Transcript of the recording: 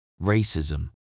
racism